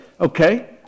okay